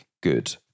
good